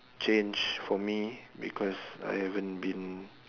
change for me because I haven't been